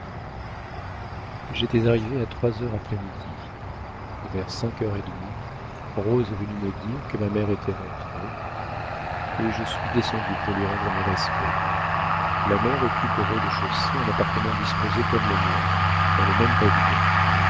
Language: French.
j'étais arrivée à trois heures après midi vers cinq heures et demie rose est venue me dire que ma mère était rentrée et je suis descendue pour lui rendre mes respects ma mère occupe au rez-de-chaussée un appartement disposé comme le mien dans le même pavillon